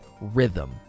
rhythm